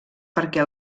perquè